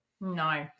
No